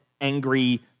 angry